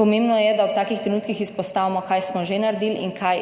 Pomembno je, da ob takih trenutkih izpostavimo, kaj smo že naredili in kaj